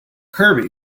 kirby